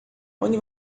onde